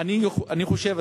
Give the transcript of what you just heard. אני חושב,